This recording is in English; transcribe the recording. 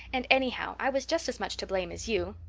and anyhow i was just as much to blame as you.